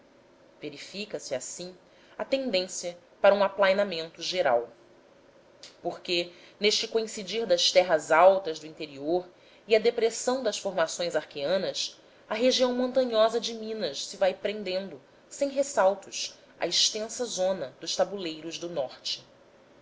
verifica-se assim a tendência para um aplainamento geral porque neste coincidir das terras altas do interior e a depressão das formações arqueanas a região montanhosa de minas se vai prendendo sem ressaltos à extensa zona dos tabuleiros do norte